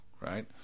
Right